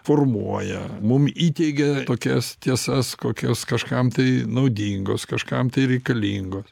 formuoja mum įteigia tokias tiesas kokios kažkam tai naudingos kažkam tai reikalingos